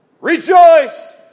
Rejoice